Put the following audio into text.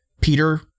Peter